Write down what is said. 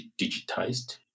digitized